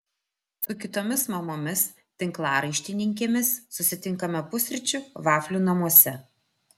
su kitomis mamomis tinklaraštininkėmis susitinkame pusryčių vaflių namuose